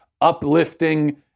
uplifting